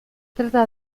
trata